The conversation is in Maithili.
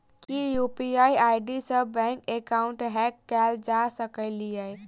की यु.पी.आई आई.डी सऽ बैंक एकाउंट हैक कैल जा सकलिये?